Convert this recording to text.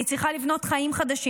אני צריכה לבנות חיים חדשים,